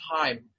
time